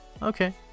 Okay